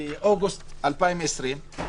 באוגוסט 2020,